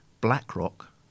blackrock